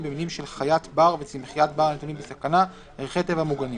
במינים של חיית בר וצמחיית בר הנתונים בסכנה) (ערכי טבע מוגנים),